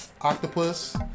octopus